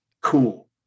cool